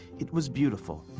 it was beautiful.